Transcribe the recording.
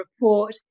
report